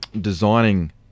designing